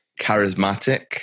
charismatic